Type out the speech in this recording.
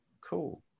cool